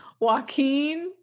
joaquin